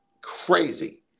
crazy